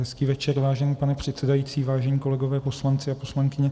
Hezký večer, vážený pane předsedající, vážení kolegové, poslanci a poslankyně.